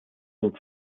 zum